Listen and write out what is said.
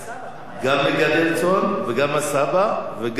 גם מגדל צאן, גם הסבא, וגם קצב.